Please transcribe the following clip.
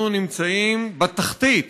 אנחנו נמצאים בתחתית